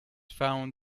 found